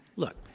look,